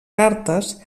cartes